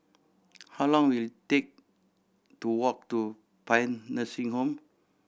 how long will it take to walk to Paean Nursing Home